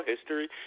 history